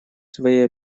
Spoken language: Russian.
своей